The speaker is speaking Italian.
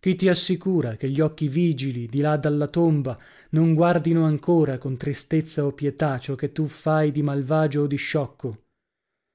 chi ti assicura che gli occhi vigili di là dalla tomba non guardino ancora con tristezza o pietà ciò che tu fai di malvagio o di sciocco